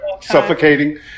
Suffocating